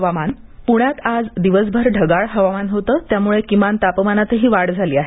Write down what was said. हवामान प्ण्यात आज दिवसभर ढगाळ हवामान होतं त्यामुळे किमान तापमानातही वाढ झाली आहे